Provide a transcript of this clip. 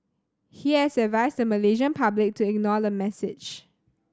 he has advised the Malaysian public to ignore the message